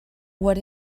what